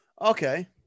Okay